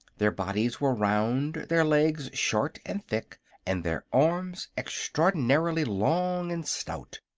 their bodies were round, their legs short and thick and their arms extraordinarily long and stout.